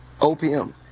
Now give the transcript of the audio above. OPM